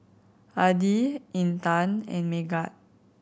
Adi Intan and Megat